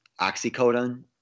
oxycodone